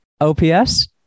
OPS